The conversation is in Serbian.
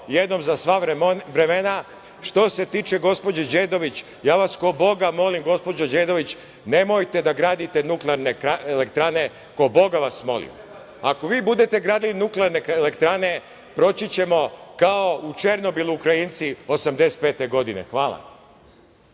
jednom za sva vremena. Što se tiče gospođe Đedović. Ja vas ko Boga molim gospođo Đedović nemojte da gradite nuklearne elektrane, ko Boga vas molim. Ako vi budete gradili nuklearne elektrane, proći ćemo kao u Černobilu Ukrajinci 1985. godine. Hvala.